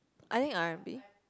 I think R and B